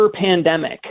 pandemic